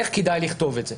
איך כדאי לכתוב את זה.